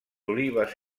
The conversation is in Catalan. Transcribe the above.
olives